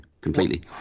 completely